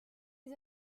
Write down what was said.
les